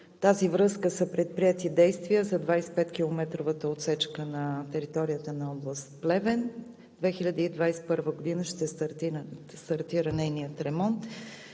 тази връзка са предприети действия за 25-километровата отсечка на територията на област Плевен. През 2021 г. ще стартира нейният ремонт.